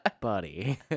Buddy